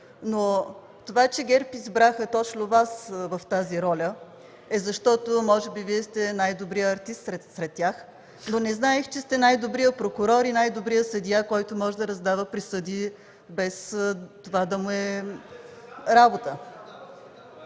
Това, че ГЕРБ избраха точно Вас в тази роля, е, защото може би Вие сте най-добрият артист сред тях, но не знаех, че сте най-добрият прокурор и най-добрият съдия, който може да раздава присъди, без това да му е работа.